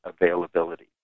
availability